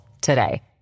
today